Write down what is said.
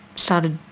started